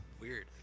Weird